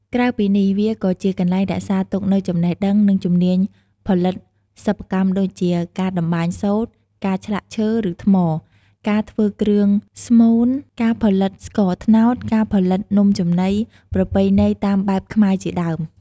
ក្រៅពីនេះវាក៏ជាកន្លែងរក្សាទុកនូវចំណេះដឹង និងជំនាញផលិតសិប្បកម្មដូចជា ការតម្បាញសូត្រ ការឆ្លាក់ឈើ ឬថ្ម ការធ្វើគ្រឿងស្មូន ការផលិតស្ករត្នោត ការផលិតនំចំណីប្រពៃណីតាមបែបខ្មែរជាដើម។